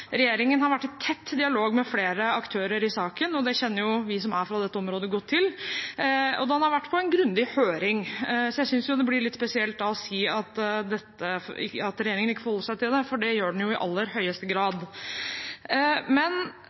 Regjeringen har vært i tett dialog med flere aktører i saken. Det kjenner vi som er fra dette området, godt til, og det har vært på en grundig høring, så jeg synes det blir litt spesielt da å si at regjeringen ikke forholder seg til det, for det gjør den i aller høyeste grad. Men